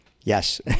Yes